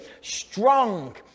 strong